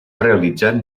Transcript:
realitzat